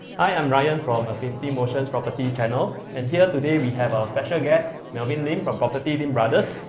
hi i'm ryan from affinittymotions property channel and here today we have our special guest, melvin lim, from propertylimbrothers.